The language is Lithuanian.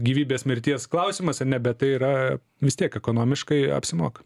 gyvybės mirties klausimas ar ne bet tai yra vis tiek ekonomiškai apsimoka